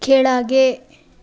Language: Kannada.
ಕೆಳಗೆ